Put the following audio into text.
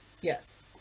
Yes